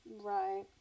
right